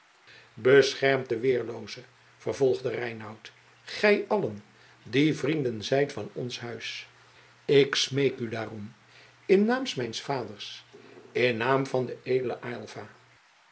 beschermt den weerlooze vervolgde reinout gij allen die vrienden zijt van ons huis ik smeek u daarom in naam mijns vaders in naam van den